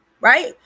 Right